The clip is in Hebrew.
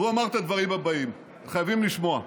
והוא אמר את הדברים הבאים, אתם חייבים לשמוע: